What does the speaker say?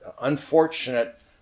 unfortunate